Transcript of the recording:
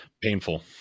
painful